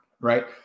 Right